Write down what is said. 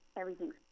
everything's